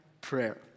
prayer